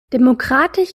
demokratisch